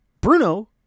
Bruno